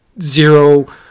Zero